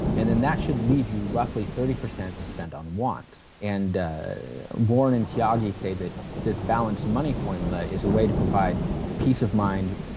and and that should leave you roughly thirty percent to spend on wants. and warren and tyagi say that this balance money formula is a way to provide peace of mind